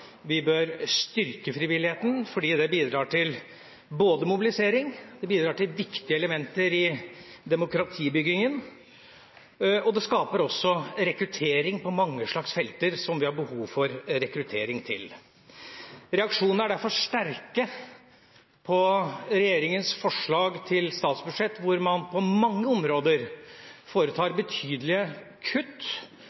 Vi bør styrke frivilligheten, fordi det bidrar til både mobilisering og viktige elementer i demokratibyggingen og skaper rekruttering på mange slags felter der vi har behov for rekruttering. Reaksjonene er derfor sterke på regjeringens forslag til statsbudsjett, hvor man på mange områder foretar